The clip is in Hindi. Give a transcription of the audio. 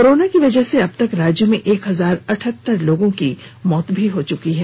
कोरोना की वजह से अबतक राज्य में एक हजार अठहत्तर लोगों की मौत हो चुकी है